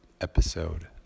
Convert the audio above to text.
episode